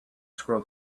scroll